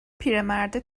پیرمرده